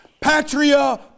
Patria